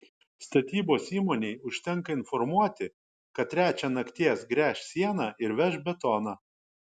statybos įmonei užtenka informuoti kad trečią nakties gręš sieną ir veš betoną